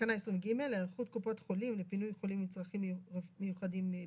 20ג. היערכות קופות חולים לפינוי חולים עם צרכים מיוחדים מביתם.